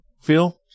feel